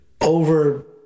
over